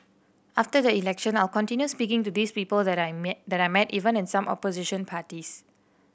after the election I'll continue speaking to these people that I met that I met even in some opposition parties